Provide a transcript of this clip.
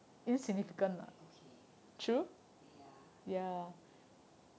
okay ya